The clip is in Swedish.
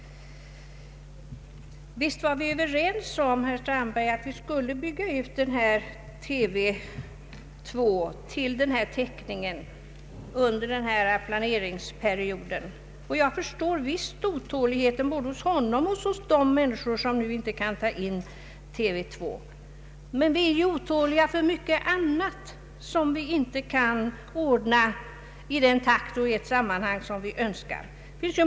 Visst var vi överens om, herr Strandberg, att TV 2 skulle byggas ut under den planeringsperiod det här gäller. Jag förstår otåligheten både hos honom och hos de människor som nu inte kan ta in TV 2. Men vi är otåliga för mycket annat som vi inte kan ordna i den takt och i det sammanhang som vi önskar.